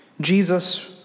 Jesus